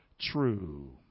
true